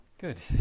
Good